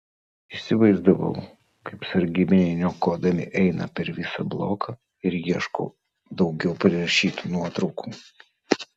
įsivaizdavau kaip sargybiniai niokodami eina per visą bloką ir ieško daugiau prirašytų nuotraukų